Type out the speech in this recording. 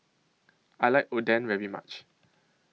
I like Oden very much